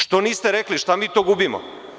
Što niste rekli, šta mi to gubimo?